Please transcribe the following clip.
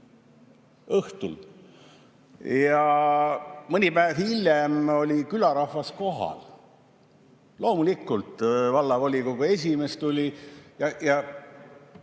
Õhtul. Ja mõni päev hiljem oli külarahvas kohal. Loomulikult vallavolikogu esimees tuli